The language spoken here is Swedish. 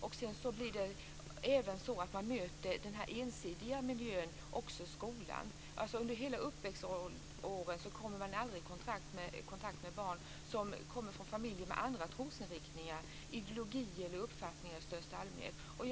Det blir sedan även så att man möter denna ensidiga miljö också i skolan. Under hela uppväxten kommer man då aldrig i kontakt med barn från familjer med andra trosinriktningar, ideologier eller uppfattningar i största allmänhet.